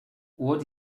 what